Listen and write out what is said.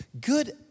Good